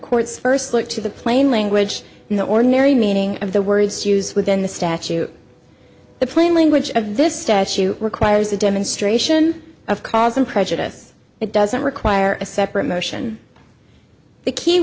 court's first look to the plain language in the ordinary meaning of the words used within the statute the plain language of this statute requires a demonstration of cause and prejudice it doesn't require a separate motion the key